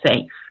safe